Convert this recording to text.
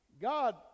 God